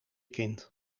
kind